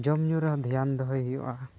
ᱡᱚᱢᱼᱧᱩ ᱨᱮᱦᱚᱸ ᱫᱷᱮᱭᱟᱱ ᱫᱚᱦᱚᱭ ᱦᱩᱭᱩᱜᱼᱟ